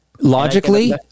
Logically